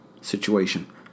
situation